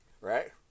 right